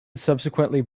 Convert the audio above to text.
subsequently